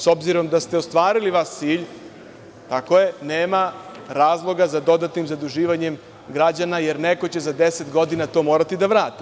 S obzirom da ste ostvarili vaš cilj nema razloga za dodatnim zaduživanjem građana jer neko će za 10 godina to morati da vrati.